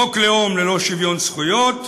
חוק לאום ללא שוויון זכויות,